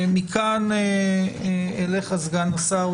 מכאן, אליך סגן השר.